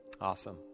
Awesome